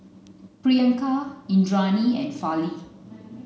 Priyanka Indranee and Fali